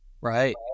Right